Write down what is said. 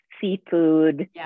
seafood